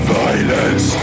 violence